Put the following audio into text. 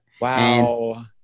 Wow